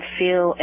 feel